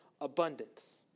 abundance